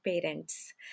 parents